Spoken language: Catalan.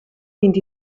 vint